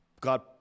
God